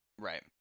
right